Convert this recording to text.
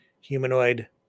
humanoid